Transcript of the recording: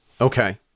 Okay